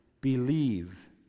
Believe